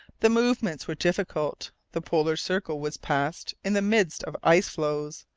the movements were difficult, the polar circle was passed in the midst of ice-floes,